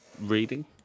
reading